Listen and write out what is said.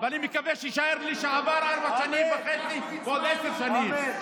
ואני מקווה שיישאר לשעבר ארבע וחצי שנים ועוד עשר שנים,